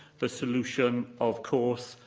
the solution, of course,